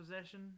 possession